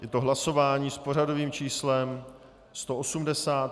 Je to hlasování s pořadovým číslem 180.